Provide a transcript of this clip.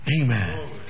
Amen